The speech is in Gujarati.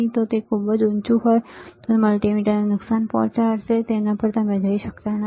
જો તે ખૂબ ઊંચું હોય તો તે મલ્ટિમીટરને નુકસાન પહોંચાડશે તમે તેના પર જઈ શકતા નથી